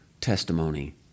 testimony